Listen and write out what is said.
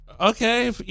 okay